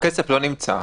הכסף לא נמצא,